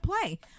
play